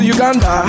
Uganda